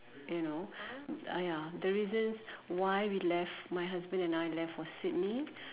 you know ah ya the reasons why we left my husband and I left for Sydney